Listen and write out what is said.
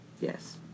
Yes